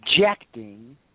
rejecting